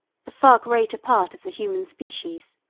the far greater part of the human species.